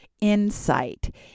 insight